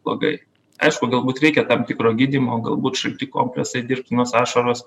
blogai aišku galbūt reikia tam tikro gydymo galbūt šalti kompresai dirbtinos ašaros